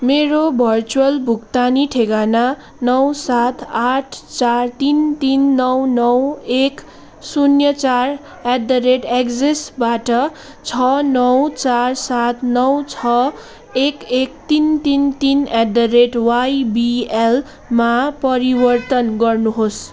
मेरो भर्चुअल भुक्तानी ठेगाना नौ सात आठ चार तिन तिन नौ नौ एक शून्य चार एट द रेट एक्सिसबाट छ नौ चार सात नौ छ एक एक तिन तिन तिन एट द रेट वाइबिएलमा परिवर्तन गर्नुहोस्